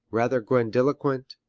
rather grandiloquent,